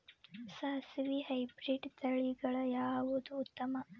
ಸಾಸಿವಿ ಹೈಬ್ರಿಡ್ ತಳಿಗಳ ಯಾವದು ಉತ್ತಮ?